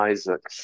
Isaac